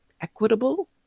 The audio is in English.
equitable